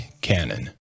Canon